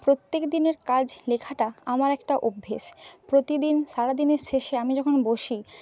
প্রতেকদিনের কাজ লেখাটা আমার একটা অভ্যেস প্রতিদিন সারাদিনের শেষে আমি যখন বসি